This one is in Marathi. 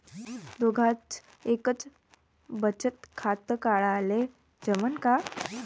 दोघाच एकच बचत खातं काढाले जमनं का?